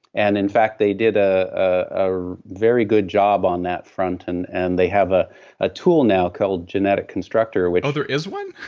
and in fact they did ah a very good job on that front and and they have ah a tool now called genetic constructor. there is one?